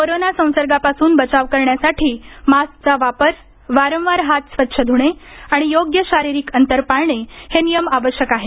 corona संसर्गापासून बचाव करण्यासाठी मास्कचा वापर वारंवार हात स्वच्छ धूणे आणि योग्य शारीरिक अंतर पाळणे हे नियम आवश्यक आहेत